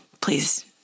Please